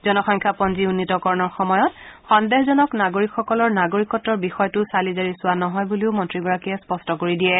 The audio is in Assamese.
জনসংখ্যাপঞ্জী উন্নীতকৰণৰ সময়ত সন্দেহজনক নাগৰিকসকলৰ নাগৰিকত্বৰ বিষয়টো চালি জাৰি চোৱা নহয় বুলিও মন্ত্ৰীগৰাকীয়ে স্পষ্ট কৰি দিয়ে